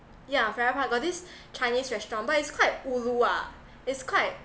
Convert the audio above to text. yeah farrer park got this chinese restaurant but is quite ulu ah is quite